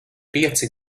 pieci